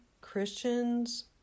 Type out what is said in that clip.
Christians